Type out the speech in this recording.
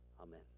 Amen